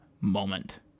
moment